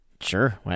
Sure